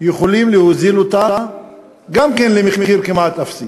יכולים להוזיל אותה גם כן למחיר כמעט אפסי